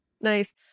Nice